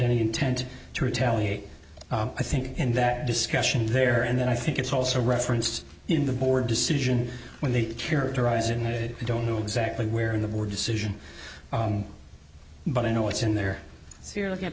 any intent to retaliate i think in that discussion there and then i think it's also referenced in the board decision when they characterize it needed i don't know exactly where in the board decision but i know what's in there